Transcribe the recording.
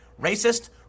racist